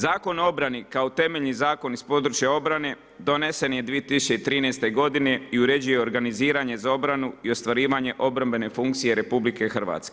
Zakon o obrani kao temeljni zakon iz područja obrane, donesen je 2013. godine i uređuje organiziranje za obranu i ostvarivanje obrambene funkcije RH.